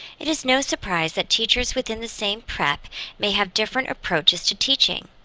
it is no surprise that teachers within the same prep may have different approaches to teaching.